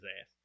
ass